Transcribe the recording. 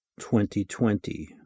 2020